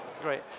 Great